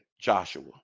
Joshua